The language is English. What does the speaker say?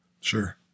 Sure